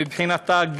מבחינתה,